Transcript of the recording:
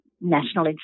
National